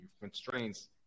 constraints